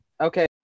Okay